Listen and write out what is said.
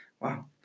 Wow